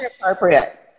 appropriate